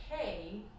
okay